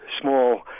small